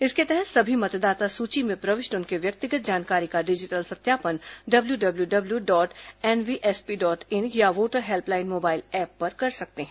इसके तहत सभी मतदाता सूची में प्रविष्ट उनकी व्यक्तिगत जानकारी का डिजिटल सत्यापन W W W W dot NVSP dot in या वोटर हेल्पलाइन मोबाइल ऐप पर कर सकते हैं